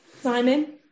Simon